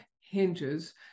hinges